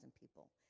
people